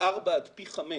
ארבע עד פי חמש